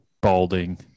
balding